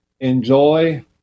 enjoy